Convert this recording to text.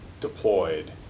deployed